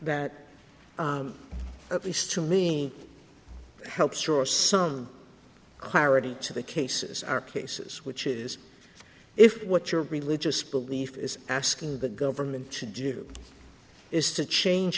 that at least to me helps or some clarity to the cases are cases which is if what your religious belief is asking the government to do is to change